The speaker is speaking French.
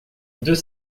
deux